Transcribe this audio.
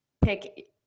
pick